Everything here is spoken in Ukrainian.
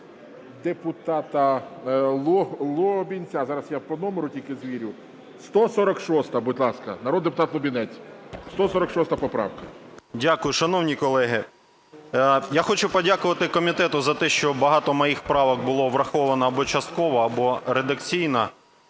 Дякую. Шановні колеги, я хочу подякувати комітету за те, що багато моїх правок було враховано або частково, або редакційно.